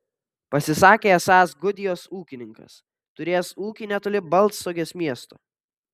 pasisakė esąs gudijos ūkininkas turėjęs ūkį netoli baltstogės miesto